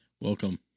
Welcome